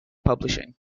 publishing